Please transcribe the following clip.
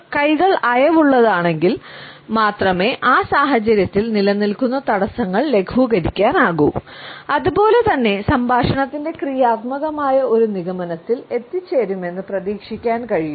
കൈകൾ അയവുള്ളതാണെങ്കിൽ മാത്രമേ ആ സാഹചര്യത്തിൽ നിലനിൽക്കുന്ന തടസ്സങ്ങൾ ലഘൂകരിക്കാനാകൂ അതുപോലെ തന്നെ സംഭാഷണത്തിന്റെ ക്രിയാത്മകമായ ഒരു നിഗമനത്തിൽ എത്തിച്ചേരുമെന്ന് പ്രതീക്ഷിക്കാൻ കഴിയൂ